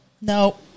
no